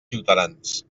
ciutadans